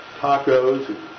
tacos